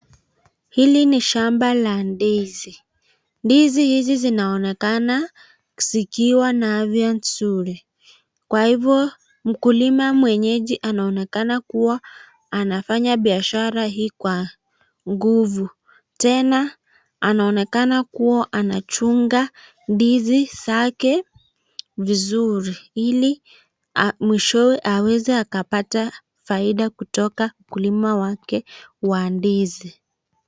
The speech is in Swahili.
Hili ni shamba la ndizi. Ndizi hizi zinaonekana zikiwa na afya nzuri, kwa hivyo mkulima mwenyeji anaonekana kuwa anafanya biashara hii kwa nguvu. Tena anaonekana kuwa anachunga ndizi zake vizuri ili mwishowe aweze akapata faida kutoka ukulima wake wa ndizi.